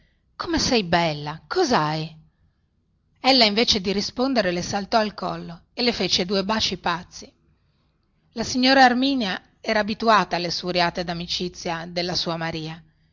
come sei bella coshai ella invece di rispondere le saltò al collo e le fece due baci pazzi la signora erminia era abituata alle sfuriate damicizia della sua maria